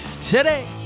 today